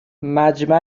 مجمع